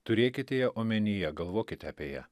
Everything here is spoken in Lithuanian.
turėkite ją omenyje galvokite apie ją